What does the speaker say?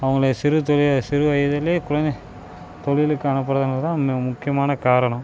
அவர்களை சிறு தொழிலை சிறு வயதிலேயே குழந்தை தொழிலுக்கு அனுப்புவதனால தான் இன்னும் முக்கியமான காரணம்